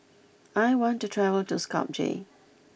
I want to travel to Skopje